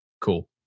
Cool